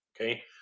okay